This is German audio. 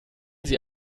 sie